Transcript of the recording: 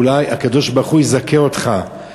אולי הקדוש-ברוך-הוא יזכה אותך,